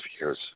years